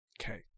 Okay